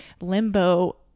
limbo